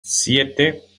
siete